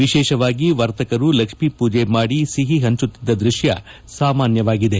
ವಿಶೇಷವಾಗಿ ವರ್ತಕರು ಲಕ್ಷ್ಮೀ ಪೂಜೆ ಮಾಡಿ ಸಿಹಿ ಪಂಚುತ್ತಿದ್ದ ದೃಕ್ಕ ಸಾಮಾನ್ಯವಾಗಿದೆ